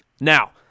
Now